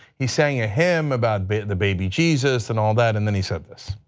he sang a hymn about the baby jesus and all that and then he said this.